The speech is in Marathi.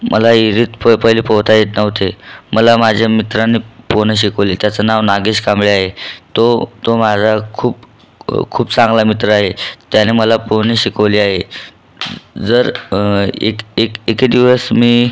मला विहिरीत प पहिले पोहता येत नव्हते मला माझ्या मित्राने पोहणं शिकवले त्याचं नाव नागेश कांबळे आहे तो तो माझा खूप खूप चांगला मित्र आहे त्याने मला पोहणे शिकवले आहे जर एक एक एके दिवस मी